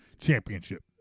championship